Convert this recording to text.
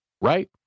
Right